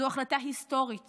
זו החלטה היסטורית